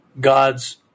God's